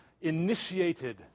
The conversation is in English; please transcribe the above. initiated